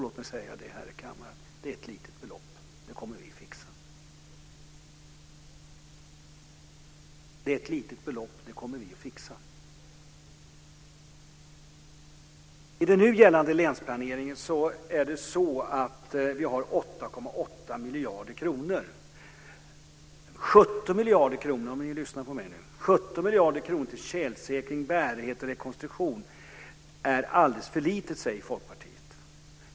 Låt mig säga det här i kammaren: Det är ett litet belopp. Det kommer vi att fixa. I den nu gällande länsplaneringen har vi 8,8 miljarder kronor. 17 miljarder kronor - om ni lyssnar på mig nu - till tjälsäkring, bärighet och rekonstruktion är alldeles för lite, säger Folkpartiet.